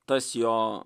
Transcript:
tas jo